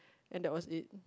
and that was it